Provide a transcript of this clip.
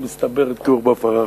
מסתברת כעורבא פרח,